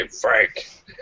Frank